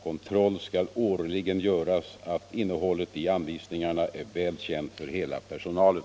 Kontroll skall årligen göras att innehållet i anvisningarna är väl känt för hela personalen.